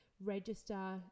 register